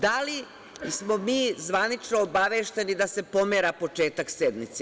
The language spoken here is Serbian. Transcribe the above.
Da li smo mi zvanično obavešteni da se pomera početak sednice?